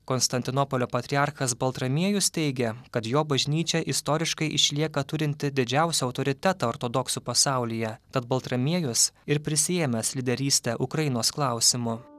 konstantinopolio patriarchas baltramiejus teigia kad jo bažnyčia istoriškai išlieka turinti didžiausią autoritetą ortodoksų pasaulyje tad baltramiejus ir prisiėmęs lyderystę ukrainos klausimu